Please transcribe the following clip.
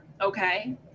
okay